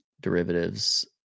derivatives